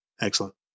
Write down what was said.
Excellent